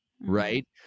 right